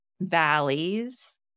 valleys